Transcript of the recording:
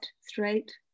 straight